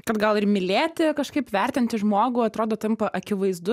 kad gal ir mylėti kažkaip vertinti žmogų atrodo tampa akivaizdu